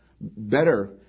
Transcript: better